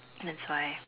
that's why